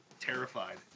terrified